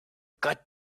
got